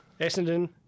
Essendon